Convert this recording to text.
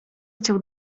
chciał